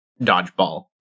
dodgeball